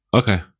Okay